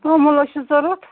توٚمُل حظ چھِ ضروٗرت